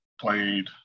played